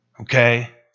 Okay